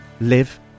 live